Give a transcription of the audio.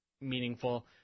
meaningful